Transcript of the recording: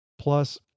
Plus